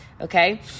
okay